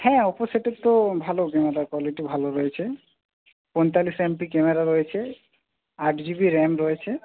হ্যাঁ ওপ্পো সেটের তো ভালো ক্যামেরার কোয়ালিটি ভালো রয়েছে পঁয়তাল্লিশ এমপি ক্যামেরা রয়েছে আট জিবি র্যাম রয়েছে